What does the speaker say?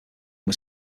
was